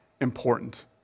important